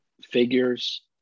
figures